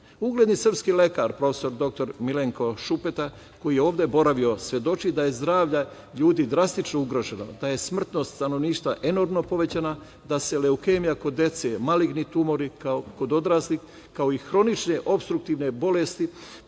kancera. Ugledni srpski lekar, prof. dr Milenko Šubeta koji je ovde boravio, svedoči da je nivo zdravlja ljudi drastično ugroženo, da je smrtnost stanovništva enormno povećana, da se leukemija kod dece, maligni tumori, kao i kod odraslih, kao i hronične opstruktivne bolesti